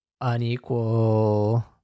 unequal